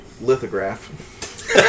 lithograph